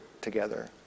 together